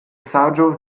saĝo